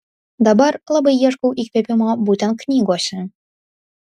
dabar labai ieškau įkvėpimo būtent knygose